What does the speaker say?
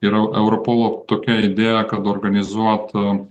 yra europolo tokia idėja kad organizuot